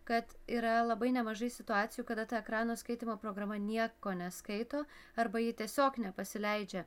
kad yra labai nemažai situacijų kada ta ekrano skaitymo programa nieko neskaito arba ji tiesiog nepasileidžia